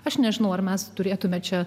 aš nežinau ar mes turėtumėme čia